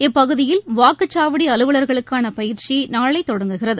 இப்பகுதியில் வாக்குச்சாவடி அலுவலர்களுக்கான பயிற்சி நாளை தொடங்குகிறது